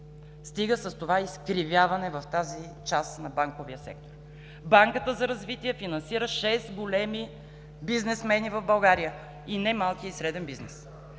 Стига с това изкривяване в тази част на банковия сектор. Банката за развитие финансира шест големи бизнесмени в България, и не малкия и среден бизнес.